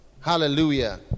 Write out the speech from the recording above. hallelujah